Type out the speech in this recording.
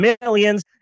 millions